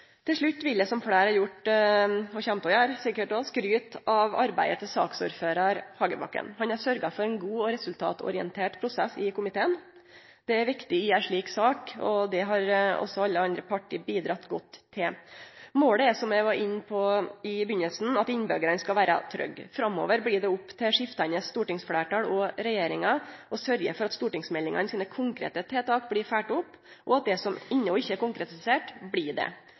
Til slutt vil eg – som fleire har gjort og også kommer til å gjere – skryte av arbeidet til saksordførar Hagebakken. Han har sørgt for ein god og resultatorientert prosess i komiteen. Det er viktig i ei slik sak, og det har òg alle andre parti bidratt godt til. Målet er – som eg var inne på i starten – at innbyggjarane skal vere trygge. Framover blir det opp til skiftande stortingsfleirtal og regjeringar å sørgje for at stortingsmeldingane sine konkrete tiltak blir følgde opp, og at det som enno ikkje er konkretisert, blir det.